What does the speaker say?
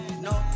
no